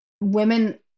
women